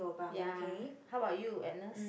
ya how about you Agnes